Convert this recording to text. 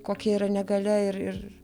kokia yra negalia ir ir